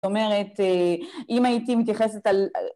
זאת אומרת, אם הייתי מתייחסת על...